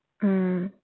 mm